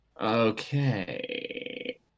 Okay